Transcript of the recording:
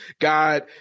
God